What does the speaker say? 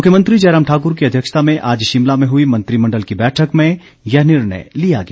मुख्यमंत्री जयराम ठाक्र की अध्यक्षता में आज शिमला में हई मंत्रिमंडल की बैठक में यह निर्णय लिया गया